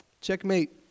Checkmate